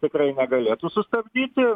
tikrai negalėtų sustabdyti